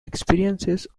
experiences